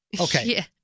Okay